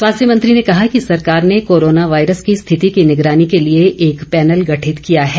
स्वास्थ्य मंत्री ने कहा कि सरकार ने कोरोना वायरस की स्थिति की निगरानी के लिए एक पैनल गठित किया है